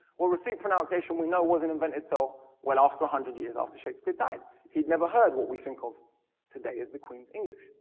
well, received pronunciation we know wasn't invented so well after one hundred years after shakespeare died. he'd never heard what we think of today as the queen's english.